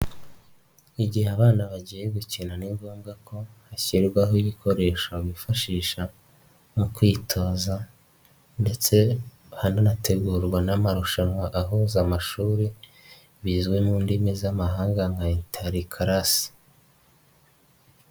Igihe abana bagiye gukina ni ngombwa ko hashyirwaho ibikoresho bifashisha mu kwitoza ndetse hanategurwa n'amarushanwa ahuza amashuri bizwi mu ndimi z'amahanga nka interikarasi.